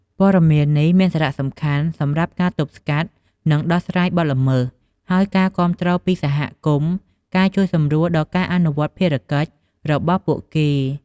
ព័ត៌មាននេះមានសារៈសំខាន់សម្រាប់ការទប់ស្កាត់ និងដោះស្រាយបទល្មើស ហើយការគាំទ្រពីសហគមន៍ ការជួយសម្រួលដល់ការអនុវត្តភារកិច្ចរបស់ពួកគេ។